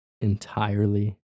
entirely